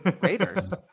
Raiders